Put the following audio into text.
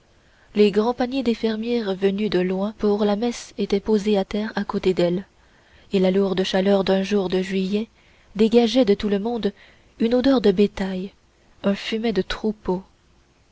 les grands paniers des fermières venues de loin pour la messe étaient posés à terre à côté d'elles et la lourde chaleur d'un jour de juillet dégageait de tout le monde une odeur de bétail un fumet de troupeau